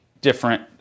different